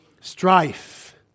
strife